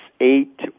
eight